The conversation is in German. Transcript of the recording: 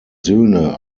söhne